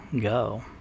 go